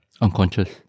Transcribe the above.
unconscious